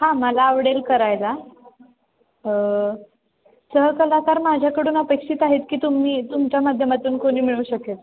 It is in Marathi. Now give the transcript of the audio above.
हां मला आवडेल करायला सहकलाकार माझ्याकडून अपेक्षित आहेत की तुम्ही तुमच्या माध्यमातून कोणी मिळू शकेल